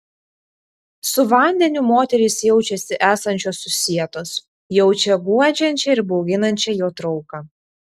su vandeniu moterys jaučiasi esančios susietos jaučia guodžiančią ir bauginančią jo trauką